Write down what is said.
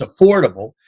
affordable